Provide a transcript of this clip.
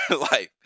life